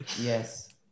Yes